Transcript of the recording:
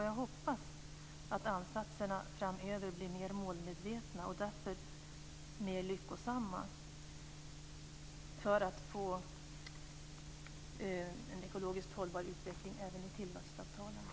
Jag hoppas att ansatserna framöver blir mer målmedvetna och därför mer lyckosamma för att få med en ekologiskt hållbar utveckling även i tillväxtavtalen.